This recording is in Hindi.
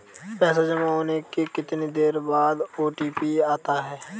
पैसा जमा होने के कितनी देर बाद ओ.टी.पी आता है?